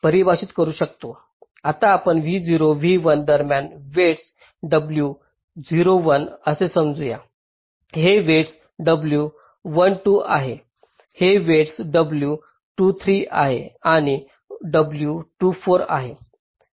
आता आपण v0 v1 दरम्यानचे वेईटस W 01 असे समजू या हे वेईटस W 12 आहे हे वेईटस W 23 आणि W 24 आहे